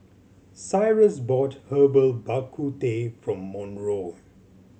Cyrus bought Herbal Bak Ku Teh for Monroe